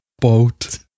boat